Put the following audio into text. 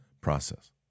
process